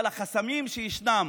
אבל החסמים שישנם